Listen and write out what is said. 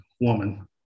woman